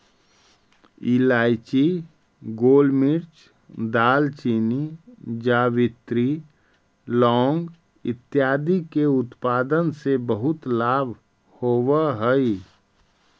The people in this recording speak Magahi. इलायची, गोलमिर्च, दालचीनी, जावित्री, लौंग इत्यादि के उत्पादन से बहुत लाभ होवअ हई